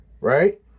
Right